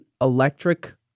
Electric